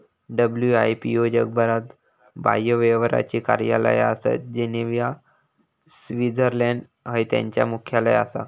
WIPO जगभरात बाह्यबाहेरची कार्यालया आसत, जिनेव्हा, स्वित्झर्लंड हय त्यांचा मुख्यालय आसा